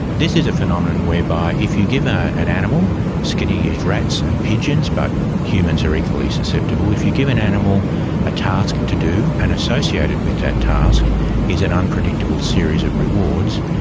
this is a phenomenon whereby if you give an ah an animal skinner used rats and pigeons but humans are equally susceptible if you give an animal a task to do and associated with that task is an unpredictable series of awards,